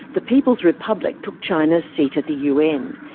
the people's republic took china's seat at the un,